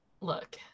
Look